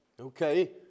okay